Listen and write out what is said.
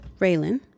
Raylan